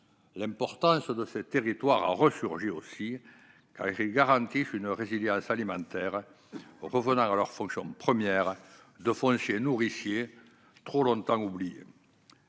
L'importance de ces territoires a également ressurgi parce qu'ils garantissent une résilience alimentaire, revenant à leur fonction première de foncier nourricier, une fonction longtemps oubliée.